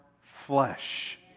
flesh